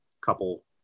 couple